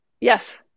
yes